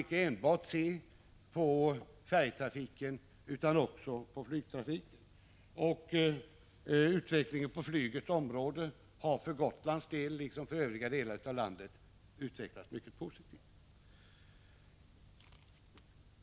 1985/86:159 man icke enbart se på färjetrafiken utan även på flygtrafiken. Utvecklingen på flygets område har för Gotland liksom för övriga delar av landet varit mycket positiv.